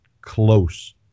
close